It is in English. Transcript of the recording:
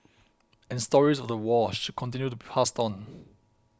and stories of the war should continue to be passed on